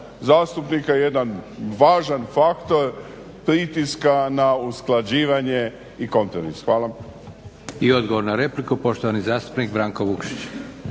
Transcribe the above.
zastupnika jedan važan faktor pritiska na usklađivanje i kompromis. Hvala. **Leko, Josip (SDP)** I odgovor na repliku, poštovani zastupnik Branko Vukšić.